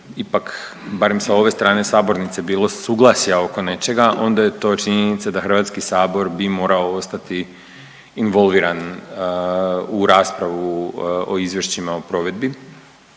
ipak barem sa ove strane sabornice bilo suglasja oko nečega onda je to činjenica da Hrvatski sabor bi morao ostati involviran u raspravu o izvješćima o provedbi